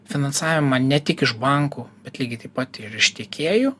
finansavimą ne tik iš bankų bet lygiai taip pat ir iš tiekėjų